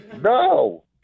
No